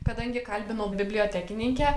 kadangi kalbinau bibliotekininkę